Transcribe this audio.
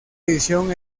edición